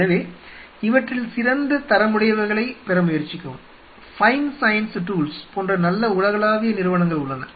எனவே இவற்றில் சிறந்த தரமுடையவைகளைப் பெற முயற்சிக்கவும் ஃபைன் சயன்ஸ் டூல்ஸ் போன்ற நல்ல உலகளாவிய நிறுவனங்கள் உள்ளன